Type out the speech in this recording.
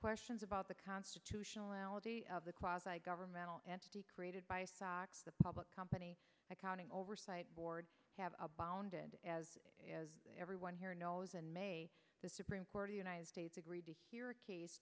questions about the constitutional ality of the closet governmental entity created by the public company accounting oversight board have abounded as everyone here knows and may the supreme court of united states agreed to hear a case